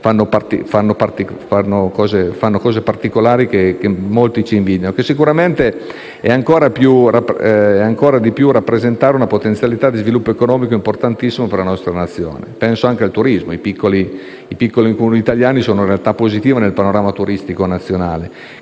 ma qualità e che molti ci invidiano. Sicuramente ciò può ancora di più rappresentare una potenzialità di sviluppo economico importantissima per la nostra Nazione. Penso anche al turismo: i piccoli Comuni italiani sono una realtà positiva nel panorama turistico nazionale,